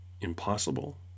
Impossible